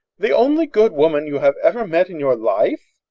the only good woman you have ever met in your life?